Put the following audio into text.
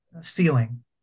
ceiling